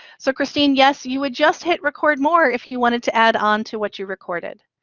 so christine, yes, you would just hit record more if you wanted to add onto what you recorded.